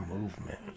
movement